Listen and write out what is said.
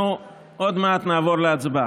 אנחנו עוד מעט נעבור להצבעה.